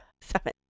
seven